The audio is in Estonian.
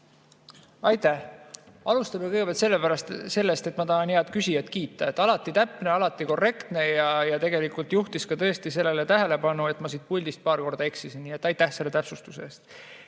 Aitäh! Alustame kõigepealt sellest, et ma tahan head küsijat kiita. Alati täpne, alati korrektne ja juhtis tõesti tähelepanu sellele, et ma siit puldist paar korda eksisin. Nii et aitäh selle täpsustuse eest!